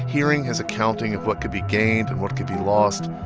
hearing his accounting of what could be gained and what could be lost,